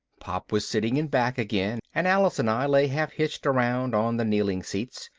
pop was sitting in back again and alice and i lay half hitched around on the kneeling seats,